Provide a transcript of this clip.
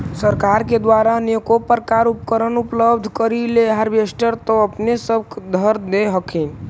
सरकार के द्वारा अनेको प्रकार उपकरण उपलब्ध करिले हारबेसटर तो अपने सब धरदे हखिन?